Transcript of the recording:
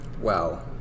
Wow